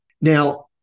Now